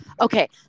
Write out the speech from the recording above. okay